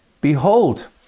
Behold